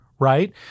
right